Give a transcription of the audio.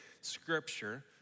scripture